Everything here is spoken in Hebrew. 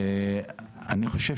אני חושב